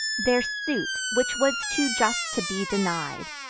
their suit, which was too just to be denied,